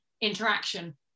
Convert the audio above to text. interaction